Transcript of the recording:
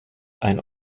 ein